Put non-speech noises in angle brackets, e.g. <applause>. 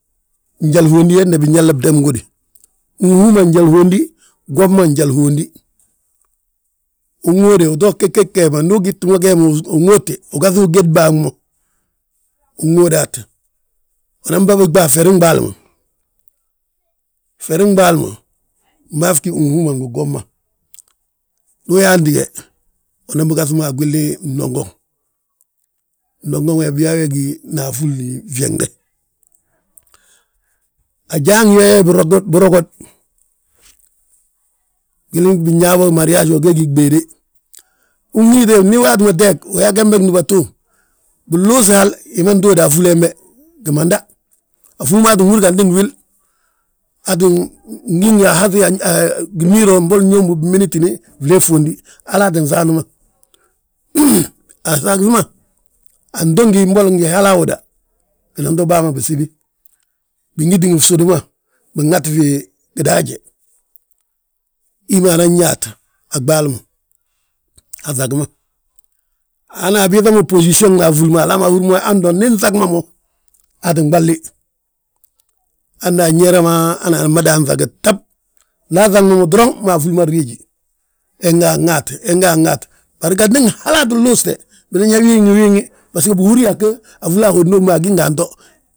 Njalu uhondi hande binyaalna bdeem gudi, huuŋ we njalu uwondi, bwom ma njalu uwondi. Unŋóode uto gege gee ma, ndu ugiti mo gee ma uŋóote, ugaŧi ugéd bàg mo. Unŋóodat, unan bà biɓaa ferin ɓaali ma, ferin ɓaali ma, fmagi huuŋ ma ngi gwom ma. Ndu uyaanti ge unan bigaŧi mo a gwili fnongoŋ, fnongoŋ biyaa we gí, naafúli fyeŋde. Ajaa nyaa ye birogod, gwili binyaa bo mariyas wo, ge gí gbéede, unñine ndi waati ma teeg. Uyaa gembe gdúbatu, uluus hal hi ma ntóodi afúli hembe, gimanda; Afúli maa ttin húri ganti ngi wil, aa tti ngi nga a haŧi yaa, gimiiro mbo ñommu binbinitini, flee ffondi. Halaa tti saanti ma <unintelligible> aŧagi ma anto mboli ngi hala awoda, binan to baa ma bisibi. Bingi ngi fsudu ma. Binŋati fi gidaaje, hi ma nan yaat, a ɓaali ma, aŧagi ma, hana biiŧa mo bosisiyona afúli ma, hala ma anhúri yaa ndi nŧag ma mo aa ttin ɓalini hande anñeera ma, hana anmadan ŧaga tab. Nda aŧag ma mo, doroŋ ma afúli ma nriiji, he nga aŋaat, he nga aŋaat, bari ganti ngi halaa tti luuste, binan yaa win wi win wi, basgo bihúri yaa go, afúli ahondi hommu a nga antoo